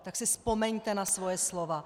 Tak si vzpomeňte na svoje slova.